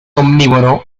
omnívoro